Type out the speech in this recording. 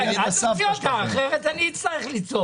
אל תוציא אותם כי אני אצטרך לצעוק.